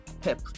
Pep